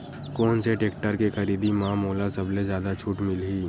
कोन से टेक्टर के खरीदी म मोला सबले जादा छुट मिलही?